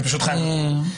אני פשוט חייב לצאת.